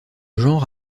genre